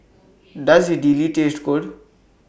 Does Idili Taste Good